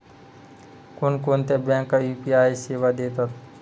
कोणकोणत्या बँका यू.पी.आय सेवा देतात?